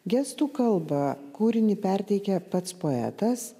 gestų kalba kūrinį perteikia pats poetas